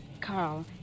Carl